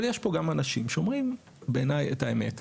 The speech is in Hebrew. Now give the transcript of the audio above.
אבל יש פה גם אנשים שאומרים בעיניי את האמת.